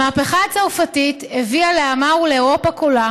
המהפכה הצרפתית הביאה לעמה ולאירופה כולה